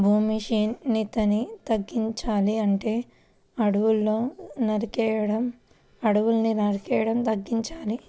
భూమి క్షీణతని తగ్గించాలంటే అడువుల్ని నరికేయడం తగ్గించాలి